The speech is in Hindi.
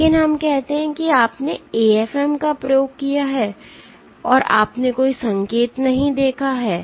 लेकिन हम कहते हैं कि आपने AFM प्रयोग किया है और आपने कोई संकेत नहीं देखा है